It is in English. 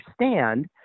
understand